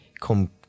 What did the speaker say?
come